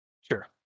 Sure